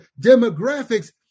demographics